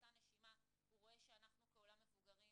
ובאותה נשימה הוא רואה שאנחנו כעולם המבוגרים